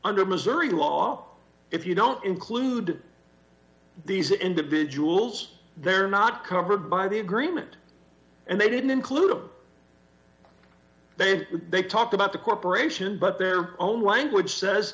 under missouri law if you don't include these individuals they're not covered by the agreement and they didn't include a they they talk about the corporation but their own language says